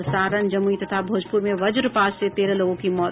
और सारण जमुई तथा भोजपुर में वज्रपात से तेरह लोगों की मौत